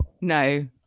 No